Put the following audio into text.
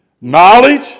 knowledge